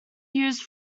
used